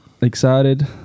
Excited